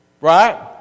Right